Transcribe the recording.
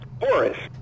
Horace